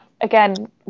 Again